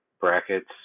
brackets